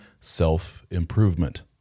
self-improvement